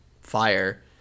fire